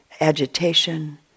agitation